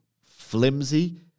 flimsy